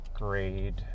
grade